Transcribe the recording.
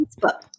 Facebook